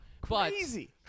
crazy